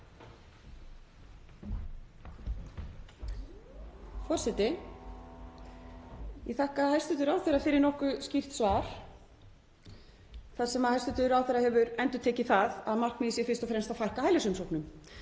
Forseti. Ég þakka hæstv. ráðherra fyrir nokkuð skýrt svar þar sem hæstv. ráðherra hefur endurtekið það að markmiðið sé fyrst og fremst að fækka hælisumsóknum.